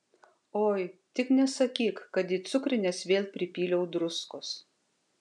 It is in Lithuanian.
oi tik nesakyk kad į cukrines vėl pripyliau druskos